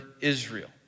Israel